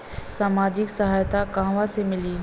सामाजिक सहायता कहवा से मिली?